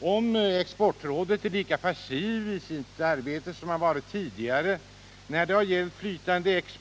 Har Exportrådet varit lika passivt i sitt arbete som det tidigare har varit när det har gällt en flytande expo?